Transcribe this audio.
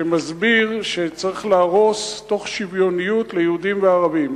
שמסביר שצריך להרוס תוך שוויוניות ליהודים וערבים,